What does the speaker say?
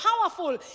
powerful